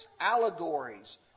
allegories